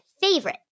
favorite